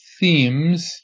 themes